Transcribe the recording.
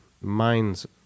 minds